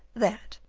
that,